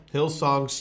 Hillsong